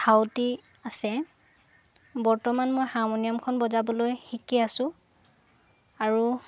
ধাউতি আছে বৰ্তমান মই হাৰমনিয়ামখন বজাবলৈ শিকি আছো আৰু